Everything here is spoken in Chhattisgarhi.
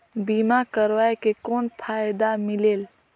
बीमा करवाय के कौन फाइदा मिलेल?